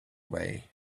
way